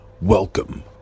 Welcome